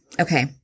okay